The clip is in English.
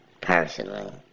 personally